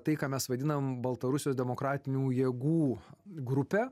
tai ką mes vadinam baltarusijos demokratinių jėgų grupe